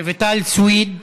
רויטל סויד,